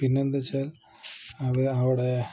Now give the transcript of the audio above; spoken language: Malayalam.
പിന്നെന്ത് വെച്ചാൽ അവർ അവിടെ